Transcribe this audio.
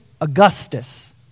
Augustus